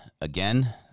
again